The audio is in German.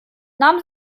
nahm